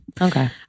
Okay